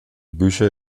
bücher